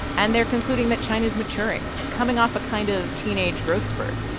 and they're concluding that china's maturing, coming off a kind of teenage growth spurt,